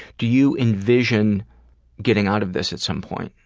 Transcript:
do you envision getting out of this at some point?